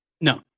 No